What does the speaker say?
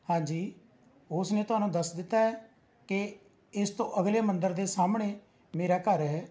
ਹਾਂਜੀ ਉਸ ਨੇ ਤੁਹਾਨੂੰ ਦੱਸ ਦਿੱਤਾ ਹੈ ਕਿ ਇਸ ਤੋਂ ਅਗਲੇ ਮੰਦਰ ਦੇ ਸਾਹਮਣੇ ਮੇਰਾ ਘਰ ਹੈ